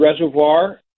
Reservoir